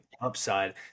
upside